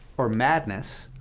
or madness.